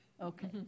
Okay